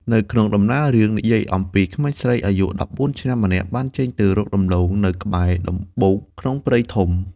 នៅក្នុងដំណើររឿង និយាយអំពីក្មេងស្រីអាយុ១៤ឆ្នាំម្នាក់បានចេញទៅរកដំឡូងនៅក្បែរដំបូកក្នុងព្រៃធំ។